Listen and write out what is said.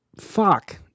fuck